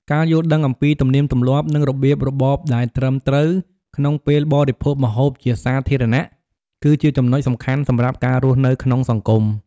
ការយល់ដឹងអំពីទំនៀមទម្លាប់ និងរបៀបរបបដែលត្រឹមត្រូវក្នុងពេលបរិភោគម្ហូបជាសាធារណៈ គឺជាចំណុចសំខាន់សម្រាប់ការរស់នៅក្នុងសង្គម។